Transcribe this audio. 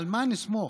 על מה נסמוך,